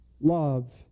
love